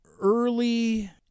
early